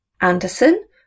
Anderson